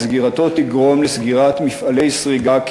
וסגירתו תגרום לסגירת מפעלי סריגה,